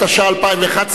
התשע"א 2011,